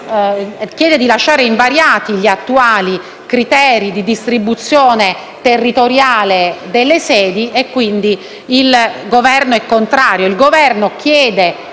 chiede di lasciare invariati gli attuali criteri di distribuzione territoriale delle sedi. Il Governo chiede